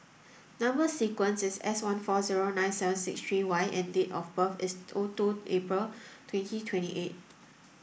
number sequence is S one four zero nine seven six three Y and date of birth is O two April twenty twenty eight